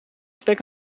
spek